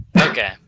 Okay